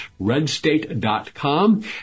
RedState.com